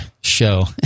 show